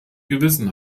gewissen